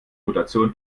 mutation